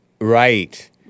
Right